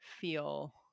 feel